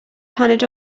paned